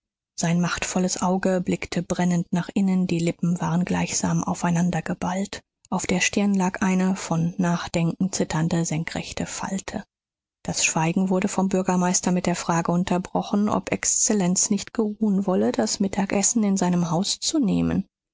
sein machtvolles auge blickte brennend nach innen die lippen waren gleichsam aufeinander geballt auf der stirn lag eine von nachdenken zitternde senkrechte falte das schweigen wurde vom bürgermeister mit der frage unterbrochen ob exzellenz nicht geruhen wolle das mittagessen in seinem haus zu nehmen